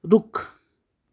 रुख